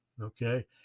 Okay